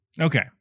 Okay